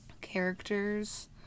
characters